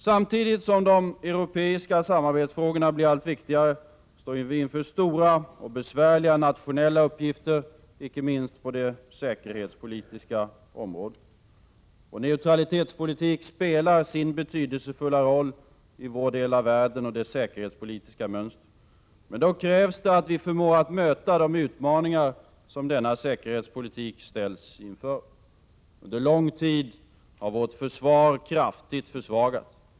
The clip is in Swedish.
Samtidigt som de europeiska samarbetsfrågorna blir allt viktigare, står vi inför stora och besvärliga nationella uppgifter, icke minst på det säkerhetspolitiska området. Vår neutralitetspolitik spelar sin betydelsefulla roll i vår del av världen med dess säkerhetspolitiska mönster. Men då krävs det att vi förmår att möta de utmaningar som denna säkerhetspolitik ställs inför. Under lång tid har vårt försvar kraftigt försvagats.